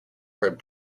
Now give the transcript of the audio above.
heard